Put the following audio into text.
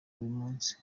burimunsi